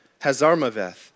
Hazarmaveth